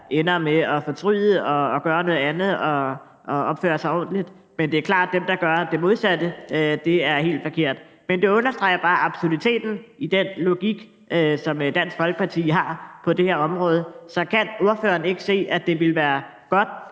ender med at fortryde og gøre noget andet og opføre sig ordentligt, men det er klart, at dem, der gør det modsatte, gør noget helt forkert. Men det understreger bare absurditeten i den logik, som Dansk Folkeparti har på det her område. Så kan ordføreren ikke se, at det ville være godt